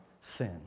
sin